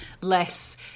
less